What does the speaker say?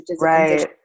right